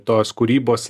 tos kūrybos